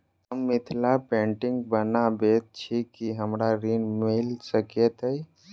हम मिथिला पेंटिग बनाबैत छी की हमरा ऋण मिल सकैत अई?